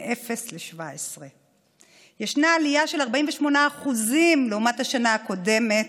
אפס עד 17. ישנה עלייה של 48% לעומת השנה הקודמת,